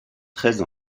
treize